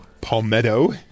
Palmetto